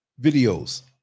videos